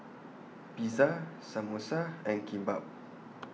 Pizza Samosa and Kimbap